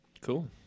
Cool